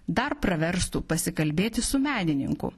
dar praverstų pasikalbėti su menininku